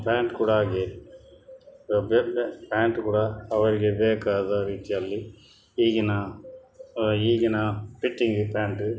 pant ಕೂಡ ಹಾಗೇ ಬೇ ಬೇ ಪ್ಯಾಂಟ್ ಕೂಡ ಅವರಿಗೆ ಬೇಕಾದ ರೀತಿಯಲ್ಲಿ ಈಗಿನ ಈಗಿನ ಪಿಟ್ಟಿಂಗಿಗೆ ಪ್ಯಾಂಟ್